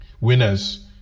winners